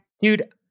Dude